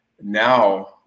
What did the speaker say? now